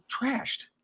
trashed